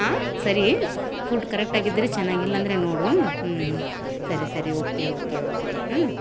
ಆಂ ಸರಿ ಫುಡ್ ಕರೆಕ್ಟಾಗಿದ್ದರೆ ಚೆನ್ನಾಗಿ ಇಲ್ಲಾಂದ್ರೆ ನೋಡು ಹ್ಞೂ ಹ್ಞೂ ಸರಿ ಸರಿ ಓಕೆ ಓಕೆ ಓಕೆ ಹ್ಞೂ